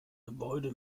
gebäude